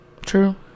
True